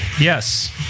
Yes